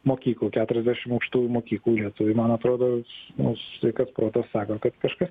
mokyklų keturiasdešim aukštųjų mokyklų lietuviai man atrodo nu sveikas protas sako kad kažkas